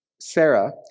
Sarah